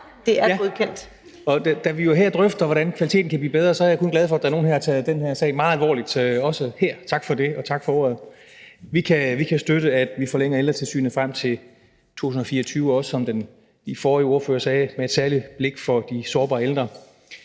fantastisk. Og da vi jo her drøfter, hvordan kvaliteten kan blive bedre, er jeg kun glad for, at der også her er nogen, der tager den her sag meget alvorligt. Tak for det, og tak for ordet. Vi kan støtte, at vi forlænger Ældretilsynet frem til 2024, også, som den forrige ordfører sagde, med et særligt blik for de sårbare ældre,